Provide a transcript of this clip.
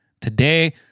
today